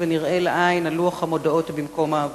ונראה לעין על לוח המודעות במקום העבודה.